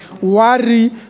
Worry